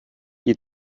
die